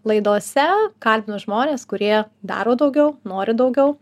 laidose kalbinu žmones kurie daro daugiau nori daugiau